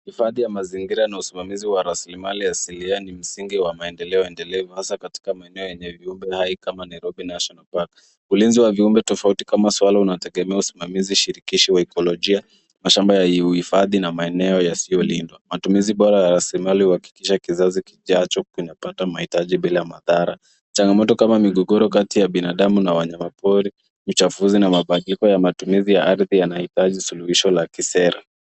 Hifadhi ya mazingira na usimamizi wa rasilimali asilia ni msingi wa maendeleo endelevu, hasaa katika maeneo yenye viumbe hai kama Nairobi National Park. Ulinzi wa viumbe tofauti kama swala unategemea usimamizi shirikishi wa ekolojia, mashamba ya uhifadhi, na maeneo yasiyolindwa. Matumizi bora ya asilimali huhakikisha kizazi kijacho kinapata mahitaji bila madhara. Changamoto ka migogoro kati ya binadamu na wanyamapori, uchafuzi na mabadiliko ya matumizi ya ardhi yanahitaji suluhisho wa kisera.